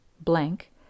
blank